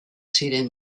ziren